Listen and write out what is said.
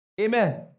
Amen